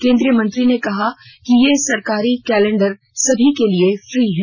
केन्द्रीय मंत्री ने कहा कि ये सरकारी कैलेंडर सभी के लिए फ्री है